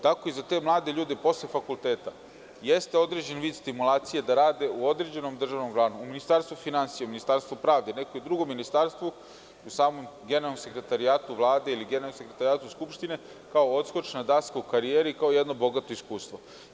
Tako i za te mlade ljude posle fakulteta jeste određen vid stimulacije da rade u određenom državnom organu u Ministarstvu finansija, u Ministarstvu pravde, neko drugo ministarstvo u samom Generalnom sekretarijatu Vlade ili Generalnom sekretarijatu Skupštine kao odskočna daska u karijeri kao jedno bogato iskustvo.